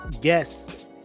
guess